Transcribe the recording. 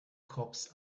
cops